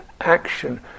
action